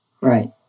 Right